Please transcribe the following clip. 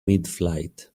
midflight